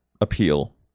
appeal